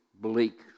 bleak